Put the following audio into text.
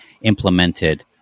implemented